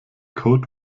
code